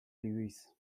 lewis